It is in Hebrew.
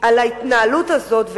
על ההתנהלות הזאת,